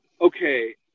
okay